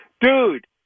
dude